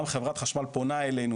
גם חברת חשמל פונה אלינו,